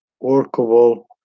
workable